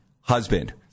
husband